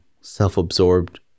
self-absorbed